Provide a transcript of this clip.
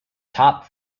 top